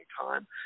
time